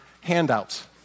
handouts